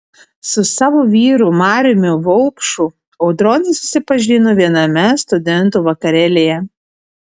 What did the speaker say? su savo vyru mariumi vaupšu audronė susipažino viename studentų vakarėlyje